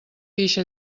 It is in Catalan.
pixa